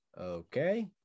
okay